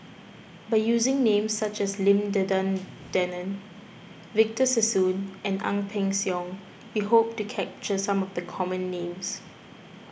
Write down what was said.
by using names such as Lim Denan Denon Victor Sassoon and Ang Peng Siong we hope to capture some of the common names